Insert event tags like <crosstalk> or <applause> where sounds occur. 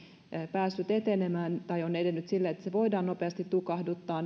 päässyt etenemään tai on edennyt siten että se voidaan nopeasti tukahduttaa <unintelligible>